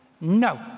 No